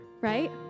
right